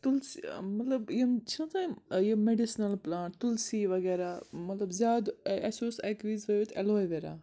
تُلسہِ مطلب یِم چھِنَہ آسان یِم مٮ۪ڈِسِنَل پٕلانٹ تُلسی وغیرہ مطلب زیادٕ اَسہِ اوس اَکہِ وِز ؤوِتھ اٮ۪لو ویرا